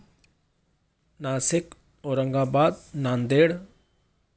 Nashik Aurangabad Nanded